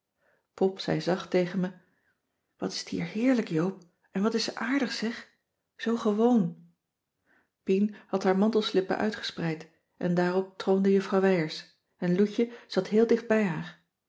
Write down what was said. pop zei zacht tegen me wat is t hier heerlijk joop en wat is ze aardig zeg zoo gewoon pien had haar mantelslippen uitgespreid en daarop troonde juffrouw wijers en loutje zat heel dicht bij haar